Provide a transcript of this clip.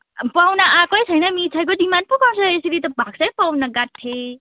पाहुना आएकै छैन मिठाईको डिमान्ड पो गर्छ यसरी त भाग्छ है पाहुना गाँठे